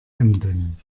emden